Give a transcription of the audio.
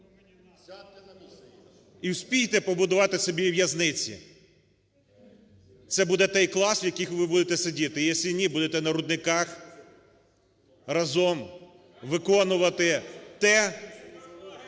І вспійте побудувати собі в'язниці. Це буде той клас, в яких ви будете сидіти, і якщо ні, будете на рудниках разом виконувати те, що ви робите.